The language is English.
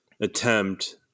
attempt